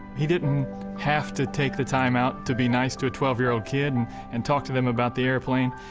he didn't have to take the time out to be nice to a twelve year old kid and talk to them about the airplane.